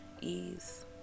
ease